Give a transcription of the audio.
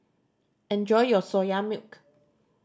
enjoy your Soya Milk